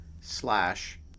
slash